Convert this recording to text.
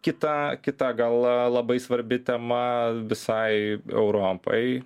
kita kita gal a labai svarbi tema visai europai